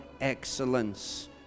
excellence